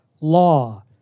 law